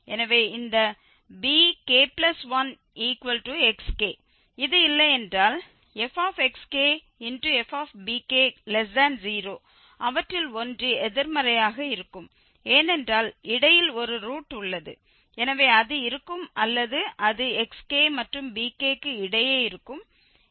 எனவே இந்த bk1xk இது இல்லையென்றால் fxkfbk0 அவற்றில் ஒன்று எதிர்மறையாக இருக்கும் ஏனென்றால் இடையில் ஒரு ரூட் உள்ளது எனவே அது இருக்கும் அல்லது அது xk மற்றும் bk க்கு இடையே இருக்கும்